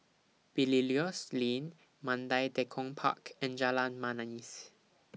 Belilios Lane Mandai Tekong Park and Jalan Manis